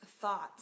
thoughts